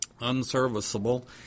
unserviceable